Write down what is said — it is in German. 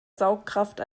saugkraft